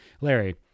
Larry